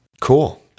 Cool